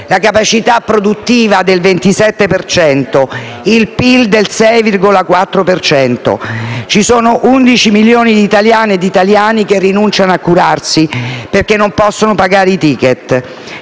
la capacità produttiva del 27 per cento; il PIL del 6,4 per cento. Ci sono 11 milioni di italiane ed italiani che rinunciano a curarsi perché non possono pagare i *ticket*;